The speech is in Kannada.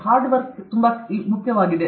ಹಾರ್ಡ್ ಕೆಲಸ ತುಂಬಾ ಮುಖ್ಯವಾಗಿದೆ